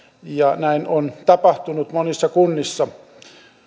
näin on tapahtunut monissa kunnissa